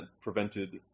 prevented